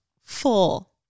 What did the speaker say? full